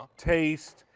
taste,